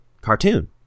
cartoon